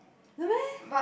no meh